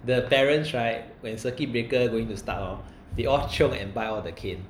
the parents right when circuit breaker going to start orh they all chiong and buy all the cane